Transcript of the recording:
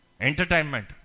entertainment